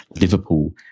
Liverpool